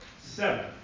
seven